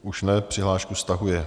Už ne, přihlášku stahuje.